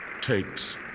takes